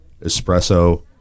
espresso